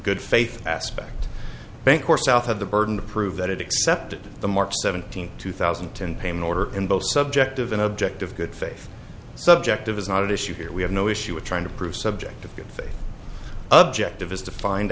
good faith aspect bank or south of the burden to prove that it accepted the march seventeenth two thousand and ten pain order in both subjective and objective good faith subjective is not at issue here we have no issue with trying to prove subjective good faith objective is defined